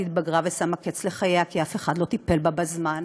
שהתבגרה ושמה קץ לחייה כי אף אחד לא טיפל בה בזמן,